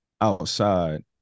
outside